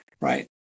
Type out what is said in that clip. right